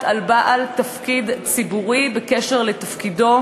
על בעל תפקיד ציבורי בקשר לתפקידו,